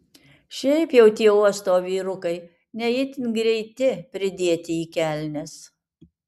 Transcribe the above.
šiaip jau tie uosto vyrukai ne itin greiti pridėti į kelnes